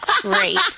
great